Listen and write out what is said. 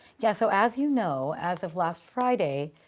yeah. so as you know, as of last friday,